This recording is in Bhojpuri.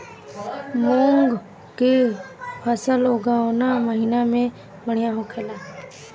मुँग के फसल कउना महिना में बढ़ियां होला?